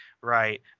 right